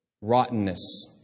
rottenness